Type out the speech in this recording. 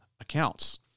accounts